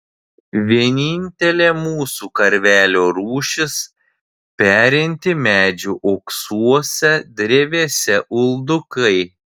vienintelė mūsų karvelių rūšis perinti medžių uoksuose drevėse uldukai